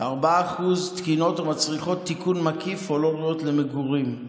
ו-4% לא תקינות ומצריכות תיקון מקיף או לא ראויות למגורים.